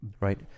Right